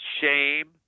shame